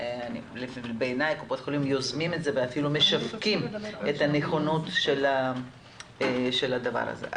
בעיני קופות החולים יוזמות ואפילו משווקות את הנכונות של הדבר הזה.